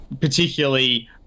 particularly